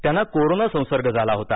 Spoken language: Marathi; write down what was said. त्यांना कोरोना संसर्ग झाला होता